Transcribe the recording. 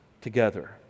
together